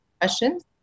questions